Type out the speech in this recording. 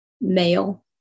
male